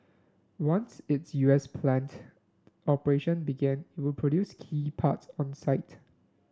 once its U S plant operation began it would produce key parts on site